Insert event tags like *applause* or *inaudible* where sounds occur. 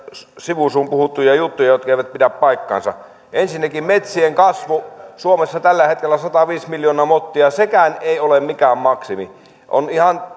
sivu suun puhuttuja juttuja jotka eivät pidä paikkaansa ensinnäkin metsien kasvu suomessa tällä hetkellä on sataviisi miljoonaa mottia sekään ei ole mikään maksimi on ihan *unintelligible*